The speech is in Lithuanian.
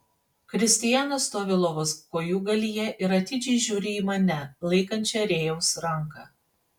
kristijanas stovi lovos kojūgalyje ir atidžiai žiūri į mane laikančią rėjaus ranką